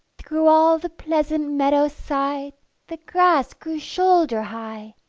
through all the pleasant meadow-side the grass grew shoulder-high,